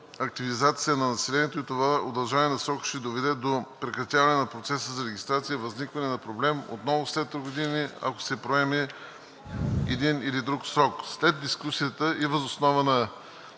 активизация на населението и това удължаване на срока ще доведе до прекратяване на процеса по регистрация и възникване на проблем отново след три години, ако се приеме един или друг срок. След дискусията и въз основа на